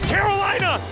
Carolina